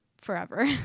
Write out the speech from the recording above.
forever